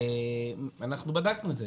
אנחנו בדקנו את זה.